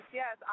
yes